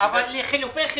אבל לחילופי חילופין.